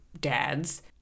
dad's